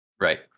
right